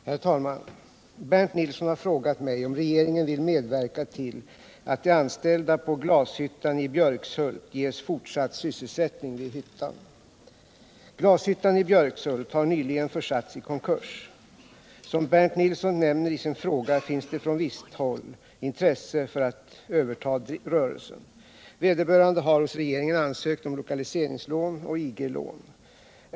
320, och anförde: Herr talman! Bernt Nilsson har frågat mig om regeringen vill medverka till att de anställda på glashyttan i Björkshult ges fortsatt sysselsättning vid hyttan. : Glashyttan i Björkshult har nyligen försatts i konkurs. Som Bernt Nilsson nämner i sin fråga finns det från visst håll intresse för att överta rörelsen. Vederbörande har hos regeringen ansökt om lokaliseringslån och IG-lån.